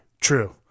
True